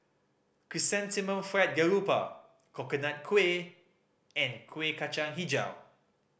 Chrysanthemum Fried Garoupa Coconut Kuih and Kueh Kacang Hijau